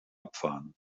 abfahren